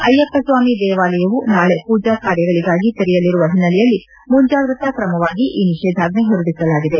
ಅಯ್ಲಪ್ಪಸ್ವಾಮಿ ದೇವಾಲಯವು ನಾಳೆ ಪೂಜಾ ಕಾರ್ಯಗಳಿಗಾಗಿ ತೆರೆಯಲಿರುವ ಹಿನ್ನೆಲೆಯಲ್ಲಿ ಮುಂಜಾಗ್ರತಾ ಕ್ರಮವಾಗಿ ಈ ನಿಷೇದಾಜ್ಞೆ ಹೊರಡಿಸಲಾಗಿದೆ